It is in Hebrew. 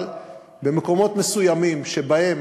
אבל במקומות מסוימים שבהם